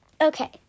Okay